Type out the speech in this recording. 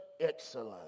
excellent